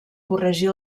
corregir